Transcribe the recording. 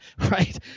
right